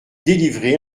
délivré